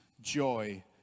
joy